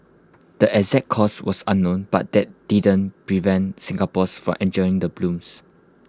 the exact cause was unknown but that didn't prevent Singapore's from enjoying the blooms